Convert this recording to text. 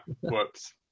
Whoops